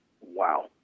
Wow